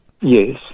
Yes